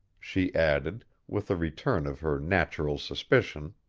she added, with a return of her natural suspicion,